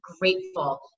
grateful